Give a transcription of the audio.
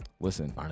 Listen